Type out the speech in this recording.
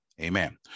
Amen